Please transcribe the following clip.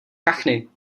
kachny